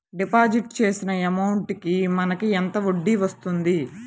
Deposit చేసిన amount కి మనకి ఎంత వడ్డీ వస్తుంది?